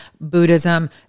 Buddhism